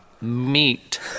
meat